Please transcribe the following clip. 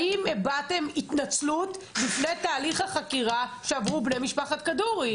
האם הבעתם התנצלות בפני תהליך החקירה שעברו בני משפחת כדורי?